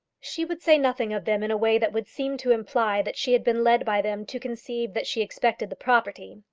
she would say nothing of them in a way that would seem to imply that she had been led by them to conceive that she expected the property.